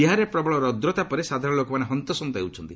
ବିହାରରେ ପ୍ରବଳ ରୌଦ୍ରତାପରେ ସାଧାରଣ ଲୋକମାନେ ହନ୍ତସନ୍ତ ହେଉଛନ୍ତି